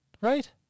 Right